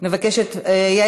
אין